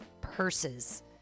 purses